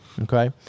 okay